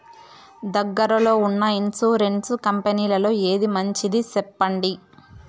దగ్గర లో ఉన్న ఇన్సూరెన్సు కంపెనీలలో ఏది మంచిది? సెప్పండి?